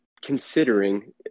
considering